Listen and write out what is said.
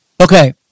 Okay